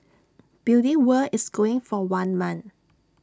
beauty world is going for one month